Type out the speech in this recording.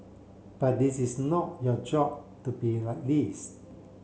but this is not your job to be like this